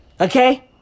Okay